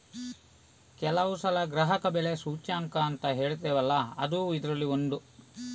ಕೆಲವು ಸಲ ಗ್ರಾಹಕ ಬೆಲೆ ಸೂಚ್ಯಂಕ ಅಂತ ಹೇಳ್ತೇವಲ್ಲ ಅದೂ ಇದ್ರಲ್ಲಿ ಒಂದು